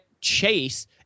chase